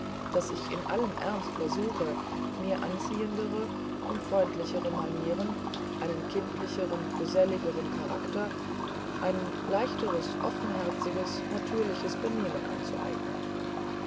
daß ich in allem ernst versuche mir anziehendere und freundlichere manieren einen kindlicheren geselligeren charakter ein leichteres offenherzigeres natürlicheres benehmen anzueignen